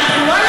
לי את אומרת?